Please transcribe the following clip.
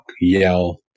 yell